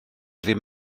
ddim